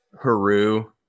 Haru